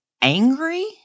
angry